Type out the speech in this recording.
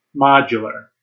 modular